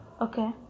Okay